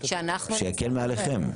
שיקל מעליכם.